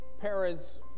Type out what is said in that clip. parents